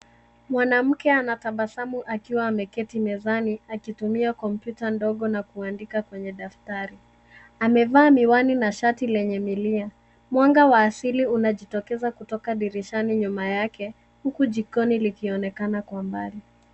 Mwanamke anatabasamu akiwa ameketi mezani akitumia kompyuta ndogo na kuandika kwenye daftari. Amevaa miwani na shati lenye milia. Mwanga wa asili unajitokeza kutoka dirishani nyuma yake. Huku jikoni likoinekana kwa mbali.